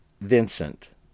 Vincent